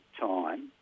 time